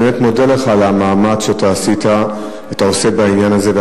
אני באמת מודה לך על המאמץ שאתה עשית ואתה עושה בעניין הזה,